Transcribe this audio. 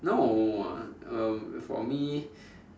no um for me